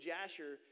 Jasher